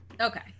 okay